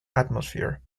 atmosphere